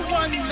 one